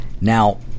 Now